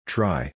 Try